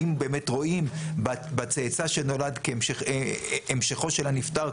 האם באמת רואים בצאצא שנולד כהמשכו של הנפטר,